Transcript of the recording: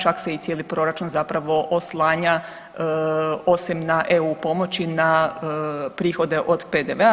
Čak se i cijeli proračun zapravo oslanja osim na EU pomoći na prihode od PDV-a.